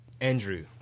Andrew